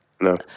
No